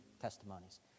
testimonies